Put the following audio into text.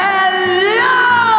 Hello